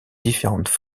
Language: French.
différentes